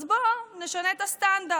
אז בוא נשנה את הסטנדרט,